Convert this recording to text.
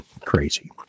crazy